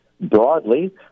broadly